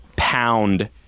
pound